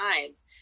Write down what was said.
times